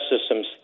Systems